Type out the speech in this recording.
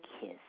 Kiss